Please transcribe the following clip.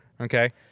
Okay